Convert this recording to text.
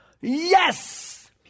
yes